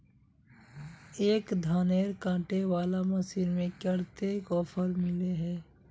एक धानेर कांटे वाला मशीन में कते ऑफर मिले है?